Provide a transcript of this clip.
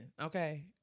okay